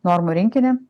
normų rinkinį